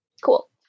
cool